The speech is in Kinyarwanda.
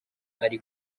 ari